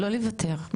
לא לוותר.